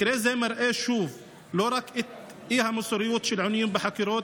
מקרה זה מראה שוב לא רק את האי-מוסריות של עינויים בחקירות,